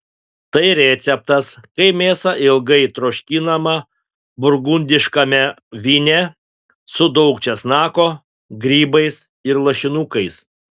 tai receptas kai mėsa ilgai troškinama burgundiškame vyne su daug česnako grybais ir lašinukais